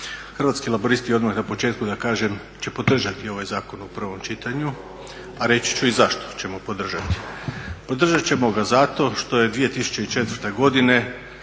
Hrvatski laburisti, odmah na početku da kažem, će podržati ovaj zakon u prvom čitanju a reći ću i zašto ćemo podržati. Podržati ćemo ga zato što je 2004. godine